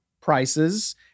prices